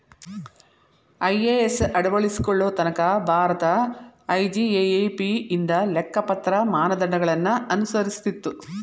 IAS ಅಳವಡಿಸಿಕೊಳ್ಳೊ ತನಕಾ Bharat IGAAP ಇಂದ ಲೆಕ್ಕಪತ್ರ ಮಾನದಂಡಗಳನ್ನ ಅನುಸರಿಸ್ತಿತ್ತು